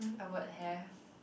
I would have